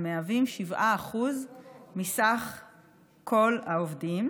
המהווים 7% מכלל העובדים.